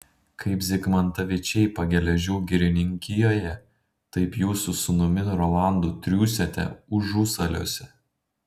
kaip zigmantavičiai pageležių girininkijoje taip jūs su sūnumi rolandu triūsiate užusaliuose